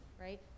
right